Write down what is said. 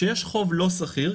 כשיש חוב לא סחיר,